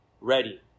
ready